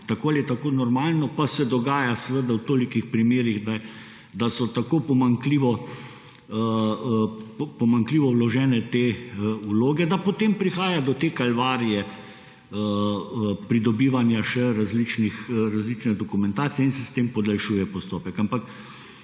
tako ali tako normalno. Pa se dogaja seveda v tolikih primerih, da so tako pomanjkljivo vložene te vloge, da potem prihaja do te kalvarije pridobivanja še različne dokumentacije in se s tem podaljšuje postopek.